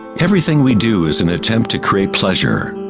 everything we do is an attempt to create pleasure,